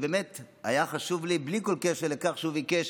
באמת היה חשוב לי, בלי כל קשר לכך שהוא ביקש